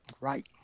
Right